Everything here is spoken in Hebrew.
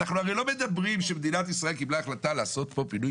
אנחנו הרי לא מדברים שמדינת ישראל קיבלה החלטה לעשות פה פינוי